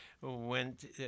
went